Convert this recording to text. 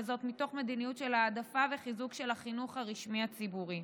וזאת מתוך מדיניות של העדפה וחיזוק של החינוך הרשמי הציבורי.